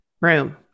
room